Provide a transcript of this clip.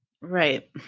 Right